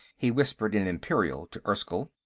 he whispered, in imperial, to erskyll.